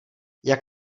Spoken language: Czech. jak